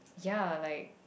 ya like